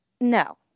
no